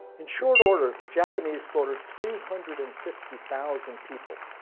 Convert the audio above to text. in short order, the japanese slaughtered three hundred and fifty thousand people.